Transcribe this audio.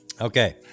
Okay